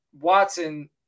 watson